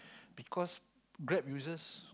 because grab users